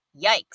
yikes